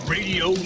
Radio